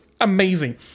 amazing